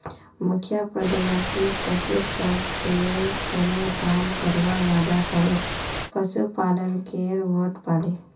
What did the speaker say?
मुखिया प्रत्याशी पशुर स्वास्थ्येर तने काम करवार वादा करे पशुपालकेर वोट पाले